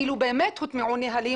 אילו באמת הוטמעו נוהלים,